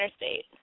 interstate